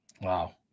Wow